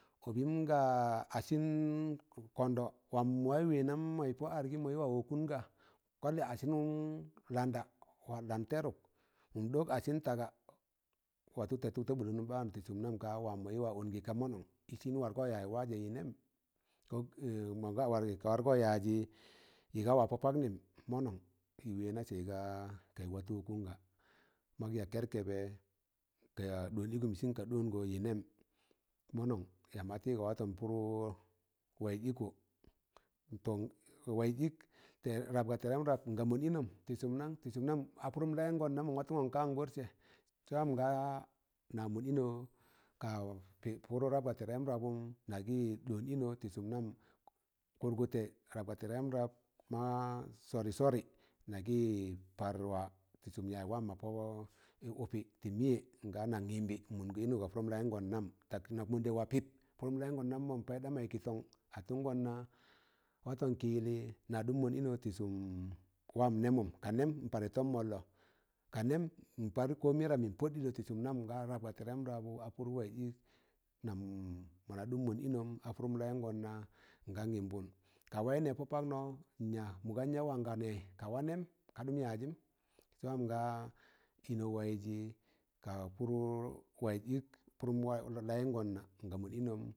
ọbịn gaa asịm kọndọ wam mụ waị wẹnam maị pọ arịngịm maị pọ wọkunga, kọlị asịm landa, kwad land tẹrụk mụm ɗọk asịm taga watọ tẹtụk ta bụlọn baa nụ tị sụm nam ka wan yị wa ọngị ka mọnọn ịsịn mọnga ya wajẹ yị nẹm mọnga ya wajẹ yị nẹm mọnga ga wargị kụ wargọ yajị yịga wa pọ poknịm mọnọn yị wana sẹ yị ga gaị watụ wọ kụnga mọk ya kẹrkẹbẹ ka ɗọọn ịgụm ịsịn ka ɗọọngọ yị nẹm mọnọn yamb atịgọ watọn pụrụ waịz ịk tọn waịz ịk rab ga tẹrẹm rap nga mụnd inọm tị sum nang? tị sụm nam a pụrụm layụngon nam a pụrụm layụngọn nam mọn watụngọn ka nkorsẹ sẹ wam gana mụnd ịnọ ka tị pụrụ rap ga tẹrẹm rabụm nagị ɗọọn ịnọ tị sụn nam kụrgụtẹ rap ga tẹrẹm rap ma sọrị sọrị nagị par wa tị sụm wam ma pọ ụpị tị mụyẹ nga nan yịmbị n mọnd ino nga pụrụm layụngọn nam tak na mọndẹ wa pịp pụrụm layịngọn nam man payịn daịyịn maị kịtọn, atụngọn na watọn kị kịyilị na ɗụm mọnd ịnọ tị sụm wam nẹmụm ka nẹm n parị tọm mọllọ ka nem in par kọ mị rap mịn pud ɗịlọ tị sụm nam rap ga tẹrẹm rabụ apụrụ waịz ịk nam mọna ɗụm mon ịnọm a pụrụm layụngọn na n gan yịmbụn ka wai nẹ da pọ paknọ, nya mụ gan ya wa nga nẹ ka waị nẹm ka ɗụm yajịm sẹ wam nga ịnọ waịzi ka pụru waịz ịk, pụrụm layụngọn na nga mọn ịnọm